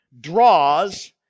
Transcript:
Draws